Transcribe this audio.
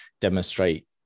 demonstrate